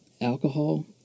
alcohol